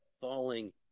falling